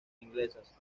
inglesas